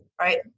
right